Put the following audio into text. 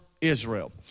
Israel